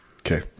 Okay